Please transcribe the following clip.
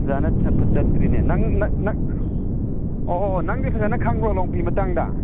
ꯐꯖꯅ ꯆꯠꯄꯨ ꯆꯠꯇ꯭ꯔꯤꯅꯦ ꯑꯣ ꯅꯪꯗꯤ ꯐꯖꯅ ꯈꯪꯕ꯭ꯔꯣ ꯂꯣꯡꯄꯤ ꯃꯇꯥꯡꯗ